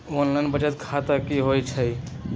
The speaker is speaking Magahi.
ऑनलाइन बचत खाता की होई छई?